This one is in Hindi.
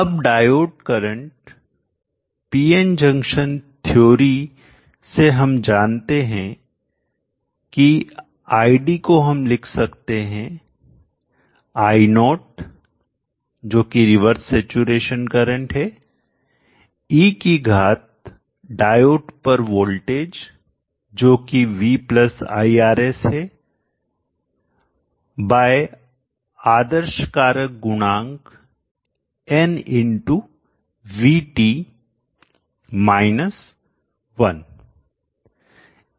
अब डायोड करंटपीएन जंक्शन थ्योरी सिद्धांत से हम जानते हैं की id को हम लिख सकते हैं I0 जो कि रिवर्स सैचुरेशन करंट है e की घात डायोड पर वोल्टेज जोकि v iRs है बाय आदर्श कारक गुणांक n VT ऋण 1